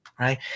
Right